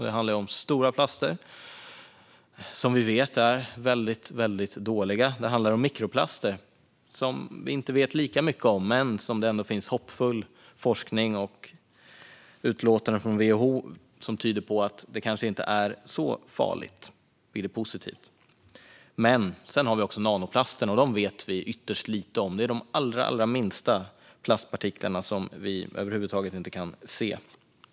Det handlar om stora plaster, som vi vet är väldigt dåliga. Det handlar om mikroplaster, som vi inte vet lika mycket om men där det finns hoppfull forskning och utlåtanden från WHO som tyder på att det kanske inte är så farligt, vilket är positivt. Men sedan har vi nanoplasterna, och dem vet vi ytterst lite om. Det är de allra minsta plastpartiklarna, som vi över huvud taget inte kan se.